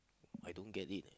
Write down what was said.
I don't get it leh